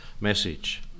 message